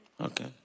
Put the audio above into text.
Okay